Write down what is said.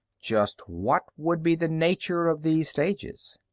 just what would be the nature of these stages?